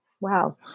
Wow